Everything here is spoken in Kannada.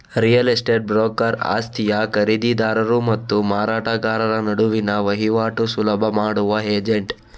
ರಿಯಲ್ ಎಸ್ಟೇಟ್ ಬ್ರೋಕರ್ ಆಸ್ತಿಯ ಖರೀದಿದಾರರು ಮತ್ತು ಮಾರಾಟಗಾರರ ನಡುವಿನ ವೈವಾಟು ಸುಲಭ ಮಾಡುವ ಏಜೆಂಟ್